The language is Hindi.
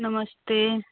नमस्ते